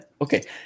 Okay